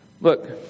Look